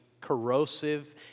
corrosive